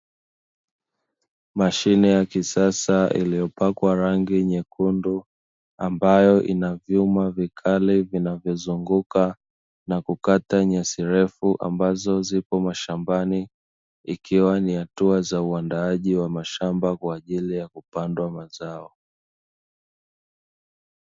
Mashine ya kisasa iliyopakwa rangi nyekundu ambayo inavyuma vikali vinayozunguka na kukata nyasi ndefu, ambazo zipo mashambani ikiwa ni hatua ya uandaji wa mashamba kwa ajili ya kupanda mazao.